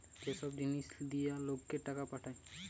যে সব জিনিস দিয়া লোককে টাকা পাঠায়